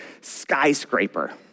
skyscraper